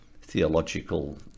theological